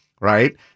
right